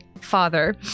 Father